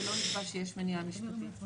לא נראה שיש מניעה משפטית.